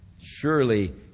Surely